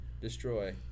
destroy